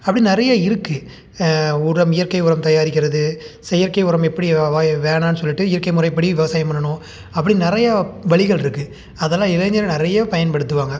அப்படி நிறைய இருக்குது உரம் இயற்கை உரம் தயாரிக்கிறது செயற்கை உரம் எப்படி வேணாம்ன்னு சொல்லிவிட்டு இயற்கை முறைப்படி விவசாயம் பண்ணணும் அப்படின்னு நிறைய வழிகள்ருக்கு அதெல்லாம் இளைஞர்கள் நிறைய பயன்படுத்துவாங்க